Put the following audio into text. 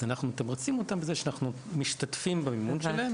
אז אנחנו מתמרצים אותם בזה שאנחנו משתתפים במימון שלהם.